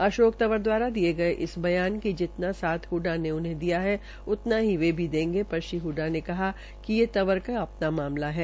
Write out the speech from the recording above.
अशोक तंवर द्वारा दिये गये इस बयान कि जितना साथ हड़डा ने उन्हें दिया उतना ही वे भी देंगे पर श्री हडडा ने कहा कि ये तंवर का अपना मामला है